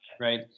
Right